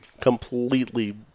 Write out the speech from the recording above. Completely